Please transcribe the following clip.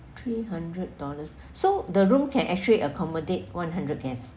three hundred dollars so the room can actually accommodate one hundred guests